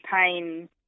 pain